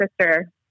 sister